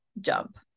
jump